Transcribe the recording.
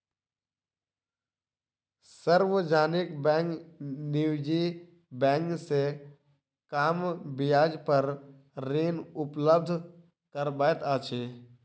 सार्वजनिक बैंक निजी बैंक से कम ब्याज पर ऋण उपलब्ध करबैत अछि